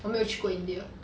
我没有去过 india